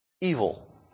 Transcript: evil